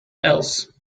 else